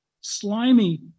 slimy